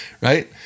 right